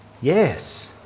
Yes